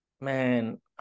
man